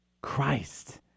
Christ